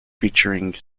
featuring